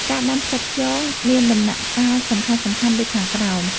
ការដាំផ្សិតខ្យងមានដំណាក់កាលសំខាន់ៗដូចខាងក្រោម